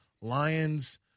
lions